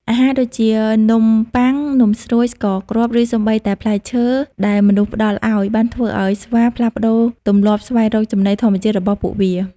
អាហារដូចជា នំប៉័ង នំស្រួយ ស្ករគ្រាប់ ឬសូម្បីតែផ្លែឈើដែលមនុស្សផ្តល់ឱ្យ បានធ្វើឱ្យស្វាផ្លាស់ប្តូរទម្លាប់ស្វែងរកចំណីធម្មជាតិរបស់ពួកវា។